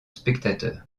spectateur